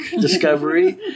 discovery